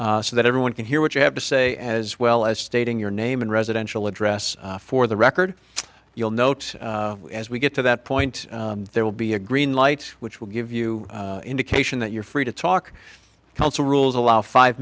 so that everyone can hear what you have to say as well as stating your name and residential address for the record you'll note as we get to that point there will be a green light which will give you indication that you're free to talk council rules allow five